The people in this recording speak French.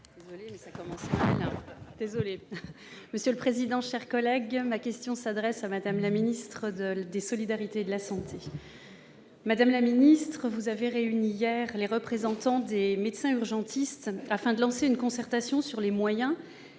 et Social Européen. Ma question s'adresse à Mme la ministre des solidarités et de la santé. Madame la ministre, vous avez réuni hier les représentants des médecins urgentistes pour lancer une concertation sur les moyens